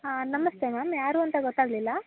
ಹಾಂ ನಮಸ್ತೆ ಮ್ಯಾಮ್ ಯಾರು ಅಂತ ಗೊತಾಗಲಿಲ್ಲ